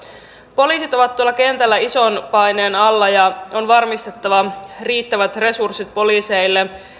poliisit ovat tuolla kentällä ison paineen alla ja on varmistettava riittävät resurssit poliiseille